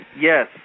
Yes